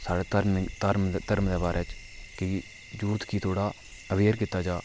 साढ़े धर्म धर्म धर्म दे बारे च की यूथ गी थोह्ड़ा अवेयर कीता जा